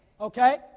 Okay